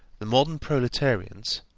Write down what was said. the modern proletarians,